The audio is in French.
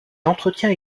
entretient